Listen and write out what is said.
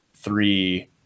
Three